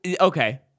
okay